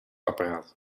apparaat